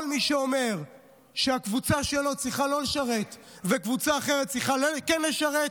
כל מי שאומר שהקבוצה שלו צריכה לא לשרת וקבוצה אחרת צריכה כן לשרת,